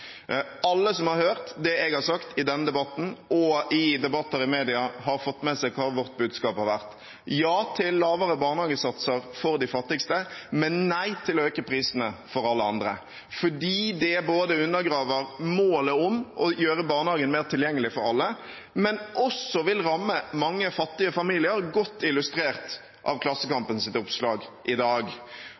Alle som har hørt det jeg har sagt i denne debatten og i debatter i media, har fått med seg hva vårt budskap har vært: Ja til lavere barnehagesatser for de fattigste, men nei til å øke prisene for alle andre, fordi det ikke bare undergraver målet om å gjøre barnehagen mer tilgjengelig for alle, men også vil ramme mange fattige familier, godt illustrert av Klassekampens oppslag i dag.